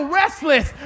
restless